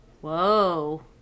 Whoa